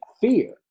fear